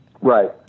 Right